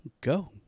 Go